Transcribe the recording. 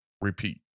repeat